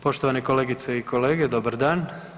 Poštovane kolegice i kolege, dobar dan.